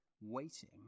waiting